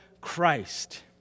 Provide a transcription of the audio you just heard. Christ